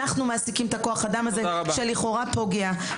אנחנו מעסיקים את הכוח האדם הזה שלכאורה פוגע.